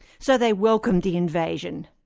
so they welcomed the invasion?